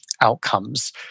outcomes